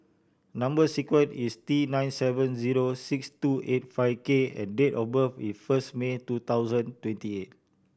number sequence is T nine seven zero six two eight five K and date of birth is first May two thousand twenty eight